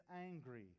angry